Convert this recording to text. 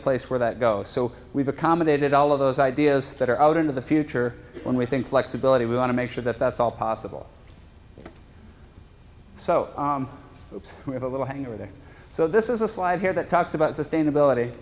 place where that goes so we've accommodated all of those ideas that are out into the future when we think flexibility we want to make sure that that's all possible so we have a little hangover there so this is a slide here that talks about sustainability